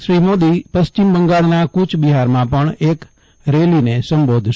શ્રી મોદી પશ્ચિમ બંગાળના કુચબિહારમાં પણ એક રેલીને સંબોધશે